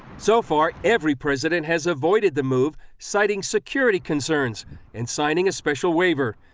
so far every president has avoided the move, citing security concerns and signing a special waiver.